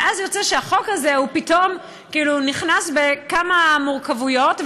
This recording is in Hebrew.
ואז יוצא שלחוק הזה פתאום כאילו נכנסות כמה מורכבויות,